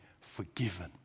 forgiven